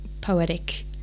poetic